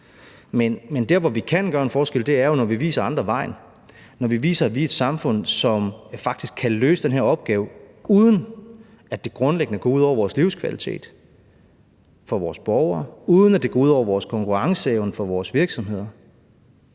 Men der, hvor vi kan gøre en forskel, er jo, når vi viser andre vejen; når vi viser, at vi er et samfund, som faktisk kan løse den her opgave, uden at det grundlæggende går ud over vores livskvalitet for vores borgere, uden at det går ud over vores konkurrenceevne for vores virksomheder,